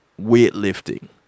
weightlifting